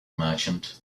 merchant